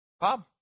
Bob